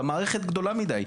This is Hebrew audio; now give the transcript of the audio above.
המערכת גדולה מדי,